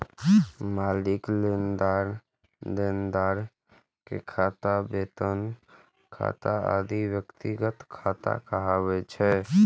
मालिक, लेनदार, देनदार के खाता, वेतन खाता आदि व्यक्तिगत खाता कहाबै छै